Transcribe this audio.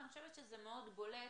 אני חושבת שזה מאוד בולט